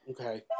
Okay